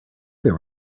there